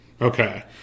Okay